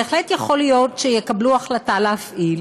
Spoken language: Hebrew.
בהחלט יכול להיות שיקבלו החלטה להפעיל,